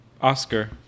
Oscar